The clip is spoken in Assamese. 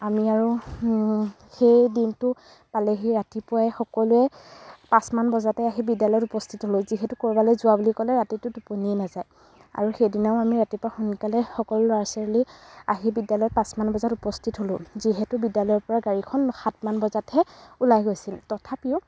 আমি আৰু সেই দিনটো পালেহি ৰাতিপুৱাই সকলোৱে পাঁচমান বজাতে আহি বিদ্যালয়ত উপস্থিত হ'লো যিহেতু ক'ৰবালৈ যোৱা বুলি ক'লে ৰাতিটো টোপনিয়েই নেযায় আৰু সেইদিনাও আমি ৰাতিপুৱা সোনকালে সকলো ল'ৰা ছোৱালী আহি বিদ্যালয়ত পাঁচমান বজাত উপস্থিত হ'লো যিহেতু বিদ্যালয়ৰপৰা গাড়ীখন সাতমান বজাতহে ওলাই গৈছিল তথাপিও